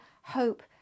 hope